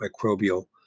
microbial